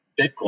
Bitcoin